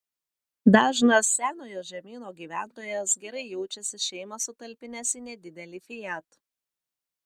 dažnas senojo žemyno gyventojas gerai jaučiasi šeimą sutalpinęs į nedidelį fiat